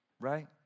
Right